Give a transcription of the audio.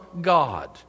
God